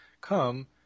come